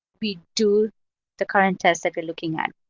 we do the current tests that we're looking at.